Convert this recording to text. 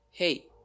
Hey